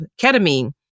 ketamine